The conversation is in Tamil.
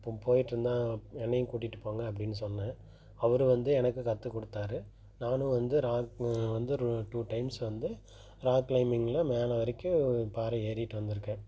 போம் போயிட்டிருந்தேன் என்னையும் கூட்டிகிட்டு போங்க அப்படின்னு சொன்னேன் அவரு வந்து எனக்கு கற்று கொடுத்தாரு நானும் வந்து ராக் ம வந்து ரூ டூ டைம்ஸ் வந்து ராக் கிளைமிங்கில் மேலே வரைக்கும் பாறை ஏறிவிட்டு வந்திருக்கேன்